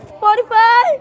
Spotify